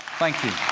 thank you.